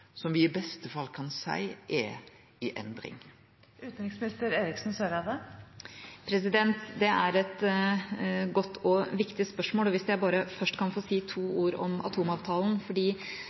som me i beste fall kan seie er i endring? Det er et godt og viktig spørsmål. Hvis jeg først bare kan få si to ord om atomavtalen: